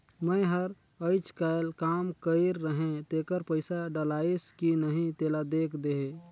मै हर अईचकायल काम कइर रहें तेकर पइसा डलाईस कि नहीं तेला देख देहे?